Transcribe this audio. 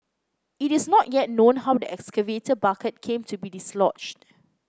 it is not yet known how the excavator bucket came to be dislodged